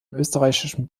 österreichischen